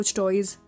toys